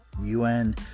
UN